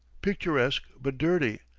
picturesque but dirty,